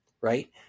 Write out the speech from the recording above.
Right